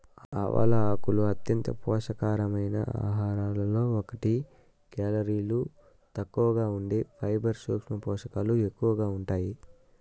ఆవాల ఆకులు అంత్యంత పోషక కరమైన ఆహారాలలో ఒకటి, కేలరీలు తక్కువగా ఉండి ఫైబర్, సూక్ష్మ పోషకాలు ఎక్కువగా ఉంటాయి